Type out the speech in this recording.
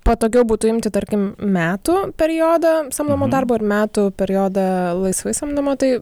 patogiau būtų imti tarkim metų periodą samdomo darbo ir metų periodą laisvai samdomo tai